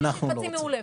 גם אנחנו לא רוצים.